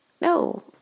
No